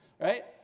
right